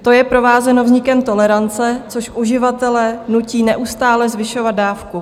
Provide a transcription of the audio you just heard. To je provázeno vznikem tolerance, což uživatele nutí neustále zvyšovat dávku.